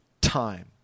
time